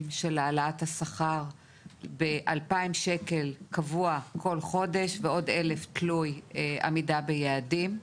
של העלאת השכר באלפיים שקל קבוע כל חודש ועוד אלף תלוי עמידה ביעדים.